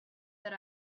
that